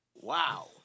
Wow